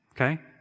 Okay